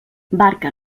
barca